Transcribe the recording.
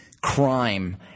crime